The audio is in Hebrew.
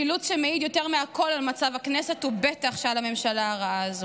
אילוץ שמעיד יותר מכול על מצב הכנסת ובטח שעל הממשלה הרעה הזאת.